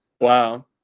Wow